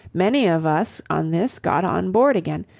many of us on this got on board again,